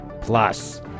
plus